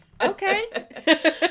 Okay